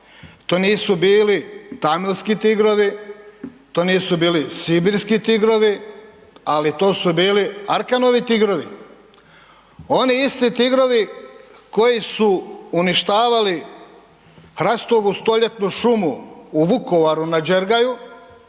to nisu bili tamilski tigrovi, to nisu bili sibirski tigrovi ali to su bili Arkanovi tigrovi, oni isti tigrovi koji su uništavali hrastovu stoljetnu šumu u Vukovaru na Đergaju,